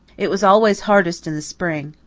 it was always hardest in the spring.